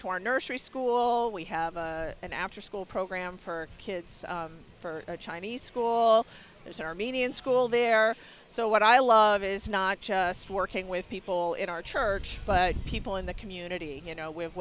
our nursery school we have an afterschool program for kids for a chinese school there's an armenian school there so what i love is not just working with people in our church but people in the community you know we have